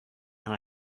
and